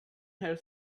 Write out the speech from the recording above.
her